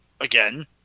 again